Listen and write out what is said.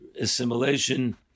assimilation